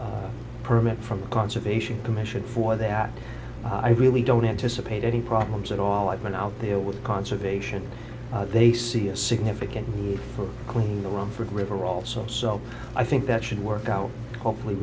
a permit from the conservation commission for that i really don't anticipate any problems at all i've been out there with conservation they see a significant need for clean the room for the river also so i think that should work out hopefully